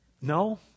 No